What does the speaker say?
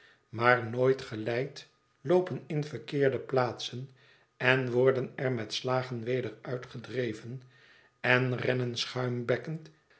maar nooit geleid loopen in verkeerde plaatsen en worden er met slagen weder uitgedreven en rennen